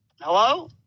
hello